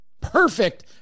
Perfect